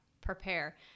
Prepare